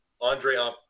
andre